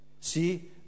see